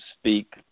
speak